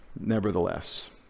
Nevertheless